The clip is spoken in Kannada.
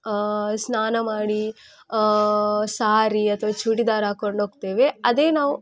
ಸ್ನಾನ ಮಾಡೀ ಸಾರೀ ಅಥವಾ ಚೂಡಿದಾರ್ ಹಾಕ್ಕೊಂಡೊಗ್ತೇವೆ ಅದೇ ನಾವು